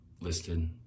listed